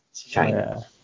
China